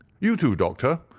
you too, doctor,